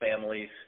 families